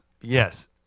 Yes